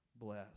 Bless